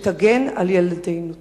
שתגן על ילדינו.